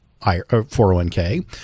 401k